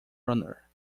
runner